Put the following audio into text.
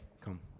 come